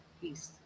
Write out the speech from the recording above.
Peace